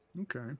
Okay